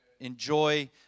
enjoy